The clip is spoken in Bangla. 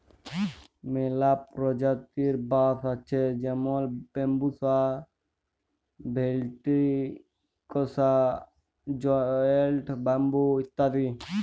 ম্যালা পরজাতির বাঁশ আছে যেমল ব্যাম্বুসা ভেলটিরিকসা, জায়েল্ট ব্যাম্বু ইত্যাদি